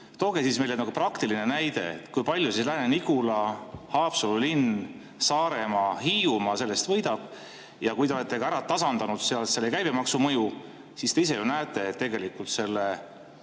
tooge meile praktiline näide, kui palju Lääne-Nigula, Haapsalu linn, Saaremaa, Hiiumaa sellest võidab. Ja kui te olete ka ära tasandanud seal käibemaksu mõju, siis te ise ju näete, et tegelikult selle